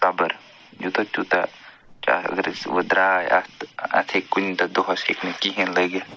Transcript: صبر یوٗتاہ تیوٗتاہ کیٛاہ اگر أسۍ وۄنۍ درٛاے اَتھ تہٕ اَتھ ہٮ۪کہِ کُنہِ دۄہَس ہیٚکہِ نہٕ کِہیٖنۍ لٔگِتھ